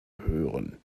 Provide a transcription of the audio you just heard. hören